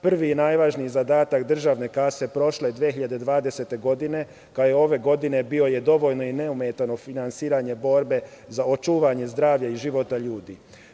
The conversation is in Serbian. Prvi i najvažniji zadatak državne kase prošle 2020. godine, kao i ove godine, bio je dovoljno i neometano finansiranje borbe za očuvanje zdravlja i života ljudi.